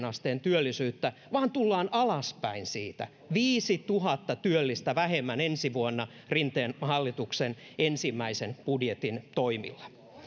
asteen työllisyyttä vaan tullaan alaspäin siitä viisituhatta työllistä vähemmän ensi vuonna rinteen hallituksen ensimmäisen budjetin toimilla